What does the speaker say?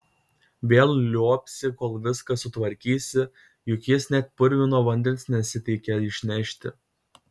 vėl liuobsi kol viską sutvarkysi juk jis net purvino vandens nesiteikia išnešti